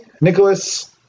Nicholas